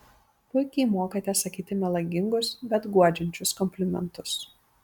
puikiai mokate sakyti melagingus bet guodžiančius komplimentus